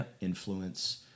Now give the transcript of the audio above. influence